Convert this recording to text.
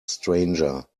stranger